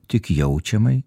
tik jaučiamai